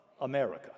America